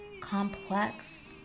complex